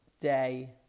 day